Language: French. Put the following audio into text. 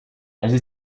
elles